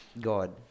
God